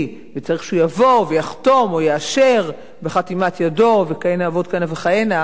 וצריך שהוא יבוא ויחתום או יאשר בחתימת ידו ועוד כהנה וכהנה,